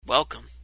Welcome